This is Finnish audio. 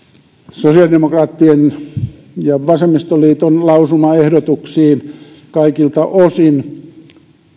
sosiaalidemokraattien ja vasemmistoliiton lausumaehdotuksiin kaikilta osin